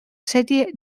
serie